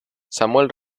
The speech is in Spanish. samuel